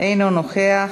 אינו נוכח,